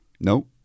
no